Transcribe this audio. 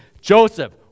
Joseph